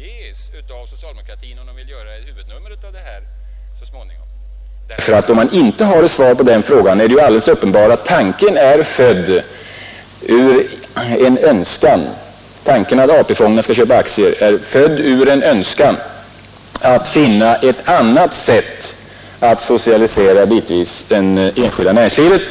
ges av socialdemokraterna, om de vill göra ett huvudnummer av detta så småningom. Om de inte har något svar på den här frågan, är det uppenbart att tanken att AP-fonderna skall köpa aktier är född ur en önskan att finna ett annat sätt att bitvis socialisera det enskilda näringslivet.